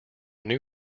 new